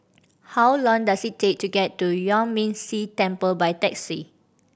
how long does it take to get to Yuan Ming Si Temple by taxi